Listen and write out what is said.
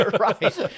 Right